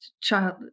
child